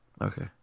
Okay